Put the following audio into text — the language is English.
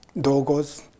Dogo's